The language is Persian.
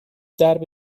درب